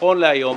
נכון להיום,